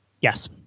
yes